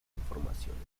informaciones